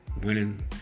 winning